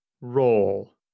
roll